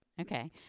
Okay